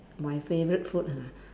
my favorite food ah